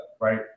right